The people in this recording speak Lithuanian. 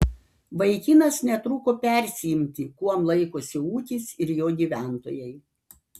vaikinas netruko persiimti kuom laikosi ūkis ir jo gyventojai